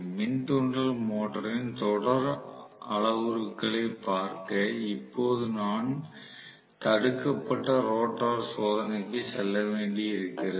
மின் தூண்டல் மோட்டரின் தொடர் அளவுருக்களைப் பார்க்க இப்போது நான் தடுக்கப்பட்ட ரோட்டார் சோதனைக்கு செல்ல வேண்டியிருக்கிறது